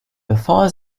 bevor